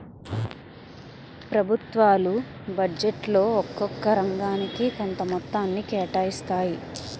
ప్రభుత్వాలు బడ్జెట్లో ఒక్కొక్క రంగానికి కొంత మొత్తాన్ని కేటాయిస్తాయి